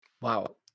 Wow